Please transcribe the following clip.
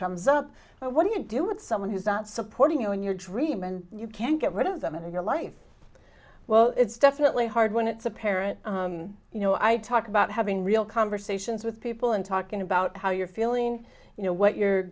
comes up what do you do with someone who's not supporting you in your dream and you can't get rid of them in your life well it's definitely hard when it's a parent you know i talk about having real conversations with people and talking about how you're feeling you know what your